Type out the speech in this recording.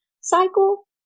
cycle